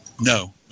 No